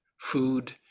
food